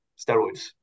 steroids